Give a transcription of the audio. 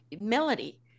melody